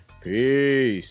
Peace